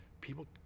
people